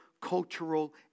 cultural